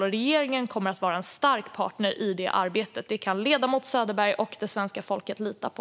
Och regeringen kommer att vara en stark partner i detta arbete. Det kan ledamoten Söderberg och det svenska folket lita på.